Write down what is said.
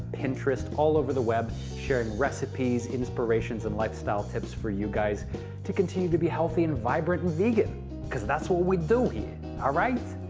pinterest, all over the web sharing recipes, inspirations and lifestyle tips for you guys to continue to be healthy and vibrant and vegan because that's what we do here. all ah right?